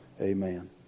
Amen